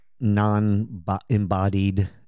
non-embodied